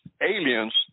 aliens